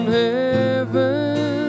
heaven